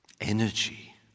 energy